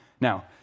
Now